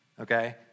Okay